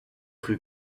rue